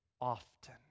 often